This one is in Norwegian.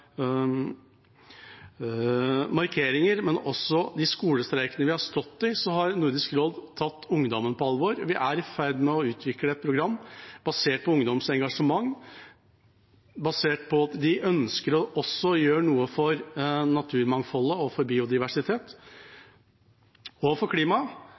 markeringer, men også de skolestreikene vi har stått i, har Nordisk råd tatt ungdommen på alvor. Vi er i ferd med å utvikle et program basert på ungdoms engasjement, basert på at de også ønsker å gjøre noe for naturmangfoldet, biodiversitet og klimaet, og få kanalisert deres engasjement for